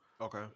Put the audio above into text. Okay